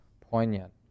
poignant